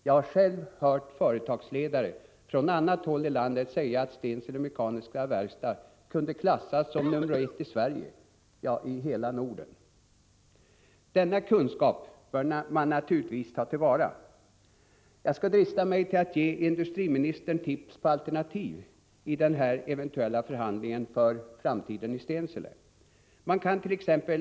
Jag har själv hört företagsledare från annat håll i landet säga att Stensele Mekaniska Verkstad kunde klassas som nr 1 i Sverige, ja, i hela Norden. Denna kunskap bör man naturligtvis ta till vara. Jag skall drista mig till att ge industriministern tips på alternativ i den eventuella förhandlingen för framtiden i Stensele: Man kant.ex.